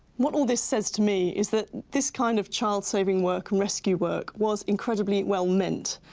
what all this says to me is that this kind of child-saving work and rescue work was incredibly well meant.